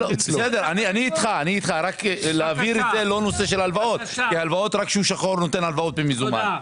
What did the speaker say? כי רק השוק השחור נותן הלוואות במזומן.